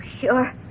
Sure